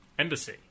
embassy